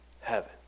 Heaven